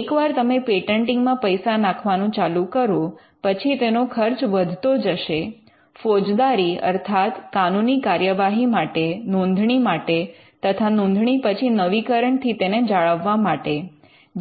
એકવાર તમે પેટન્ટિંગ માં પૈસા નાખવાનું ચાલુ કરો પછી તેનો ખર્ચ વધતો જશે ફોજદારી અર્થાત કાનૂની કાર્યવાહી માટે નોંધણી માટે તથા નોંધણી પછી નવીકરણ થી તેને જાળવવા માટે